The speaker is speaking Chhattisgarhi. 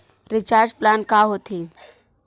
रिचार्ज प्लान का होथे?